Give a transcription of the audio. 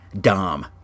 Dom